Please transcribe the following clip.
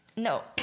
No